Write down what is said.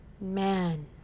Man